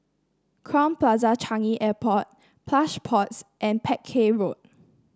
Crowne Plaza Changi Airport Plush Pods and Peck Hay Road